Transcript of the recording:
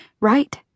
right